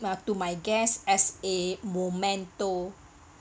uh to my guests as a momento